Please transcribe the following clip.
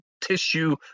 tissue